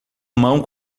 mão